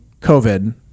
COVID